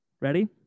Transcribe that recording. Ready